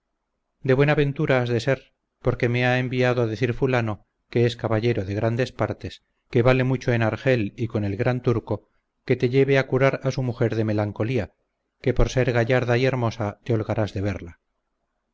de ser porque me ha enviado a decir fulano que es caballero de grandes partes que vale mucho en argel y con el gran turco que te lleve a curar a su mujer de melancolía que por ser gallarda y hermosa te holgarás de verla